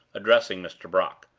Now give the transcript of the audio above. addressing mr. brock,